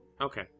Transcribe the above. Okay